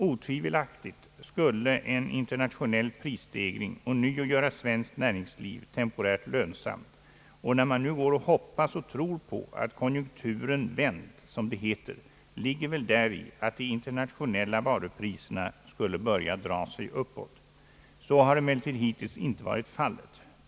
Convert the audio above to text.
Otvivelaktigt skulle en internationell prisstegring ånyo göra svenskt näringsliv temporärt lönsamt, och när man nu hoppas och tror att konjunkturen vänt, som det heter, ligger väl däri att de internationella varupriserna skulle börja dra sig uppåt. Så har emellertid hittills inte varit fallet.